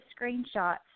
screenshots